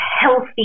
healthy